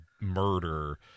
murder